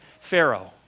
pharaoh